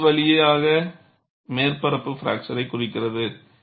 P S பகுதி வழியாக மேற்பரப்பு பிராக்ச்சர் குறிக்கிறது